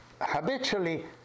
habitually